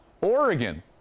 Oregon